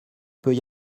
peut